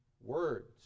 Words